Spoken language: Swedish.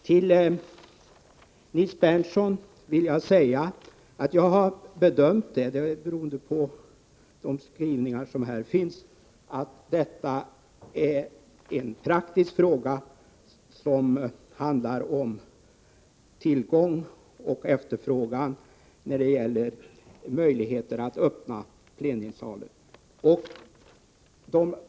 Till Nils Berndtson vill jag säga att jag på grund av de skrivningar som finns bedömer frågan om möjligheterna att öppna plenisalen så, att det i praktiken handlar om tillgång och efterfrågan.